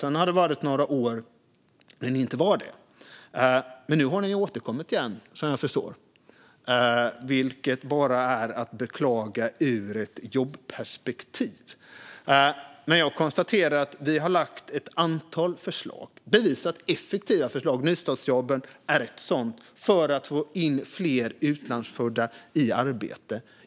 Det har varit några år då ni inte har varit det. Men nu har ni, vad jag förstår, återkommit igen. Det är bara att beklaga ur ett jobbperspektiv. Vi har lagt fram ett antal bevisat effektiva förslag - nystartsjobben är ett sådant - för att få in fler utlandsfödda i arbete.